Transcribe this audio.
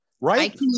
Right